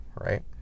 right